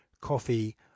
coffee